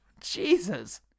Jesus